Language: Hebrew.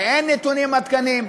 ואין נתונים עדכניים,